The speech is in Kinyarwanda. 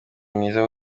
mwiza